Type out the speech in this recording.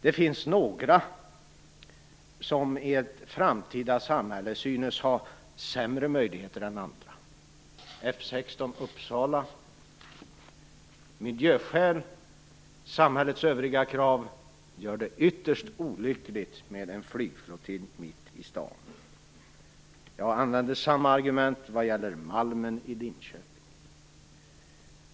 Det finns några som synes ha sämre möjligheter än andra i ett framtida samhälle, t.ex. F 16 i Uppsala. Miljöskäl och samhällets övriga krav gör det ytterst olyckligt med en flygflottilj mitt i staden. Jag använder samma argument när det gäller Malmen i Linköping.